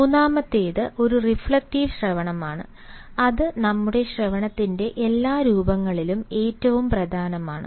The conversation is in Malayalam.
മൂന്നാമത്തേത് ഒരു റിഫ്ളക്റ്റീവ് ശ്രവണമാണ് അത് നമ്മുടെ ശ്രവണത്തിന്റെ എല്ലാ രൂപങ്ങളിലും ഏറ്റവും പ്രധാനമാണ്